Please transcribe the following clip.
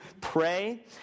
pray